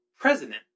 president